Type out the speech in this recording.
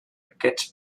aquests